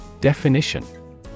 Definition